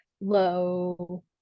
low